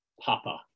Papa